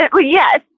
Yes